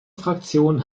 fraktion